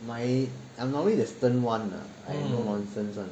my I'm normally the stern [one] lah I no nonsense [one]